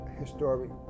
historic